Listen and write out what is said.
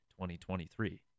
2023